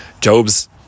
Job's